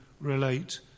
relate